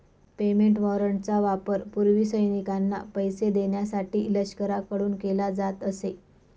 payment वॉरंटचा वापर पूर्वी सैनिकांना पैसे देण्यासाठी लष्कराकडून केला जात असे